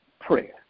prayer